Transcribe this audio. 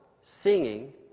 singing